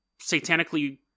satanically